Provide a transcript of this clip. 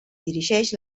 dirigeix